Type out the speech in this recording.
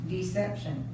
Deception